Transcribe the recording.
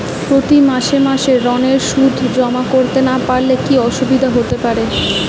প্রতি মাসে মাসে ঋণের সুদ জমা করতে না পারলে কি অসুবিধা হতে পারে?